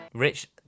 Rich